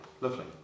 lovely